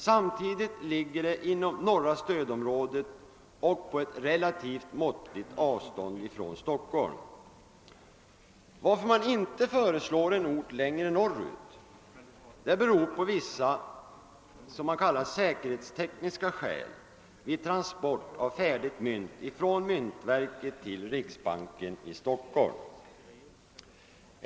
Samtidigt ligger den inom norra stödområdet och på ett relativt måttligt avstånd från Stockholm. Att man inte föreslår en ort längre norr ut beror på vissa vad man kallar säkerhetstekniska skäl vid transport av färdiga mynt från myntverket till riksbanken i Stockbolm.